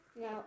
No